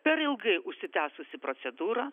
per ilgai užsitęsusi procedūra